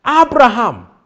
Abraham